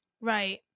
Right